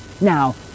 Now